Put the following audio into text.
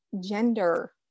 gender